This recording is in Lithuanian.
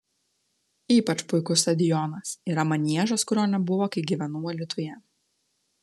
ypač puikus stadionas yra maniežas kurio nebuvo kai gyvenau alytuje